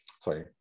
sorry